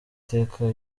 iteka